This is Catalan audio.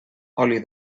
oli